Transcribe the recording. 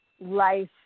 life